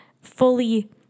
fully